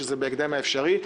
שזה בהקדם האפשרי,